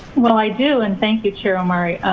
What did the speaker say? well, i do. and thank you, chair omari.